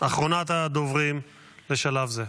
אחרונת הדוברים בשלב זה.